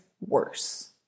worse